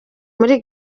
muri